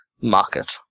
market